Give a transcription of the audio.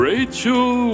Rachel